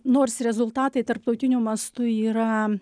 nors rezultatai tarptautiniu mastu yra